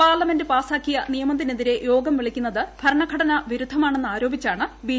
parliament പാസ്സാക്കിയ നിയമത്തിനെതിരെ യോഗം വിളിക്കുന്നത് ഭരണഘടനാ വിരുദ്ധമാണെന്ന് ആരോപിച്ചാണ് ബി